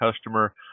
customer